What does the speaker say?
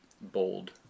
bold